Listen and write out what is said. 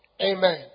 amen